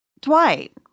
Dwight